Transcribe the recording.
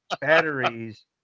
Batteries